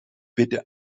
bitte